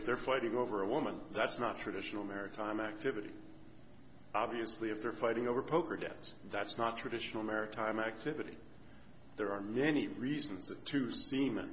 if they're fighting over a woman that's not traditional maritime activity obviously if they're fighting over poker debts that's not traditional maritime activity there are many reasons to seame